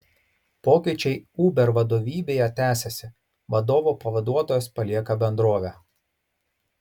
pokyčiai uber vadovybėje tęsiasi vadovo pavaduotojas palieka bendrovę